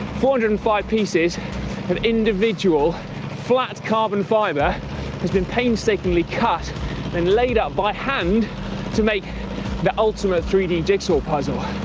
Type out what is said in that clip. four hundred and five pieces of individual flat carbon fiber has been painstakingly cut and laid out by hand to make the ultimate three d jigsaw puzzle.